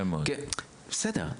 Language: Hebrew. בסדר,